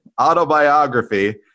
autobiography